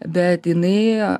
bet jinai turi